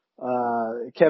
Kevin